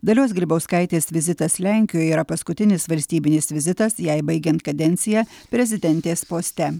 dalios grybauskaitės vizitas lenkijoje yra paskutinis valstybinis vizitas jai baigiant kadenciją prezidentės poste